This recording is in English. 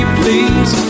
please